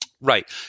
Right